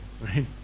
right